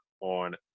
on